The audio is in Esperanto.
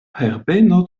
herbeno